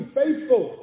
faithful